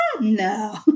No